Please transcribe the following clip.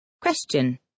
Question